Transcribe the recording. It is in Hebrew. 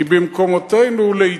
כי במקומותינו, לעתים,